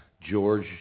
George